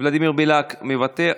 ולדימיר בליאק, מוותר.